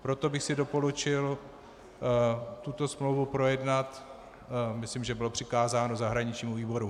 Proto bych doporučil tuto smlouvu projednat myslím, že bylo přikázáno zahraničnímu výboru.